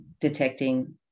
detecting